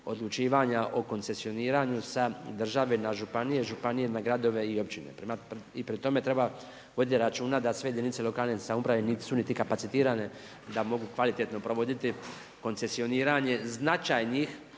odlučivanja koncesijoniranja, sa država na županiju, županiju na gradove i općine. I pri tome treba voditi računa da sve jedinice lokalne samouprave niti su kapacitirane da mogu kvalitetno provoditi koncesioniranje, značajnih